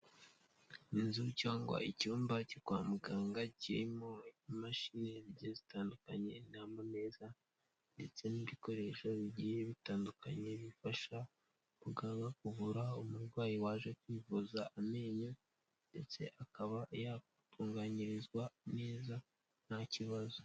Inzu cyangwa icyumba cyo kwa muganga kirimo imashini zigiye zitandukanye nama meza ndetse n'ibikoresho bigiye bitandukanye bifasha muganga kuvura umurwayi waje kwivuza amenyo ndetse akaba yatunganyirizwa neza nta kibazo.